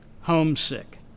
homesick